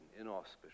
inauspicious